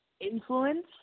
influence